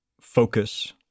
focus